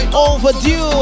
overdue